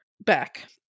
back